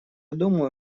думаю